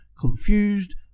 confused